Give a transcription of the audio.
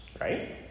right